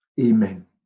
Amen